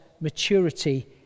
maturity